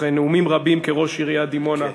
אחרי נאומים רבים כראש עיריית דימונה,